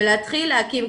ולהתחיל להקים.